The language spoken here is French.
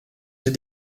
ses